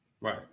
Right